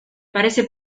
parece